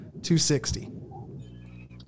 260